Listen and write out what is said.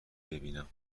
ببینم